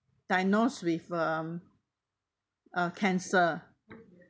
diagnose with um uh cancer